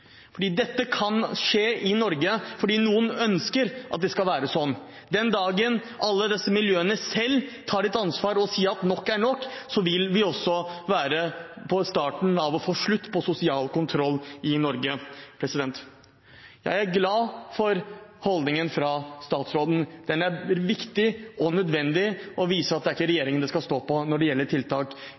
dette kan skje i Norge fordi noen ønsker at det skal være sånn. Den dagen alle disse miljøene selv tar et ansvar og sier at nok er nok, vil også være starten på å få slutt på sosial kontroll i Norge. Jeg er glad for holdningen fra statsråden. Den er viktig og nødvendig og viser at det ikke er regjeringen det skal stå på med tanke på tiltak når det gjelder